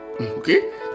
okay